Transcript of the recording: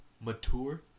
Mature